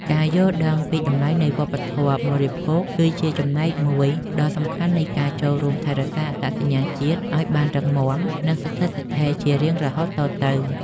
ការយល់ដឹងពីតម្លៃនៃវប្បធម៌បរិភោគគឺជាចំណែកមួយដ៏សំខាន់នៃការចូលរួមថែរក្សាអត្តសញ្ញាណជាតិឱ្យបានរឹងមាំ និង ស្ថិតស្ថេរជារៀងរហូតតទៅ។